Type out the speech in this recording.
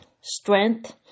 Strength